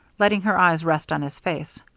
letting her eyes rest on his face.